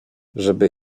żeby